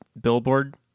Billboard